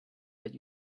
that